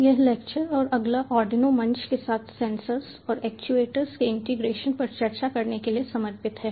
यह लेक्चर और अगला आर्डिनो मंच के साथ सेंसर्स और एक्चुएटर्स के इंटीग्रेशन पर चर्चा करने के लिए समर्पित हैं